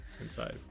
inside